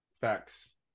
Facts